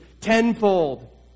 tenfold